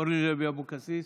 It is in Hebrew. אורלי לוי אבקסיס,